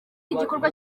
igikorwa